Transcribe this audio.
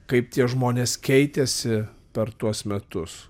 kaip tie žmonės keitėsi per tuos metus